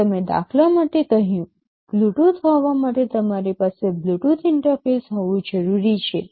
ફક્ત મેં દાખલા માટે કહ્યું બ્લૂટૂથ હોવા માટે તમારી પાસે બ્લૂટૂથ ઇન્ટરફેસ હોવું જરૂરી છે